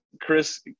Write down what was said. Chris